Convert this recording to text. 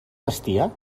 vestia